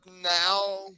now